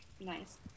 nice